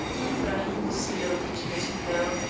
ibrahim was loath to let him go,